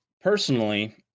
personally